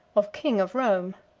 of king of rome.